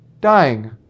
dying